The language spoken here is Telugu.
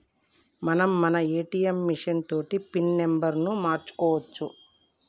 మనం మన ఏటీఎం మిషన్ తోటి పిన్ నెంబర్ను మార్చుకోవచ్చు